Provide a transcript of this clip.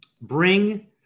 bring